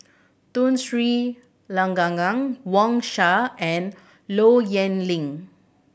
Tun Sri Lanang Wang Sha and Low Yen Ling